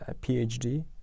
PhD